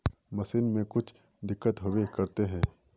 Machine में कुछ दिक्कत होबे करते है?